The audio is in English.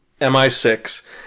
MI6